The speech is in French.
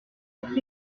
êtres